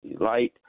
light